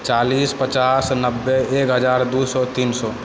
चालीस पचास नब्बे एक हजार दू सओ तीन सओ